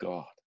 God